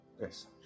Yes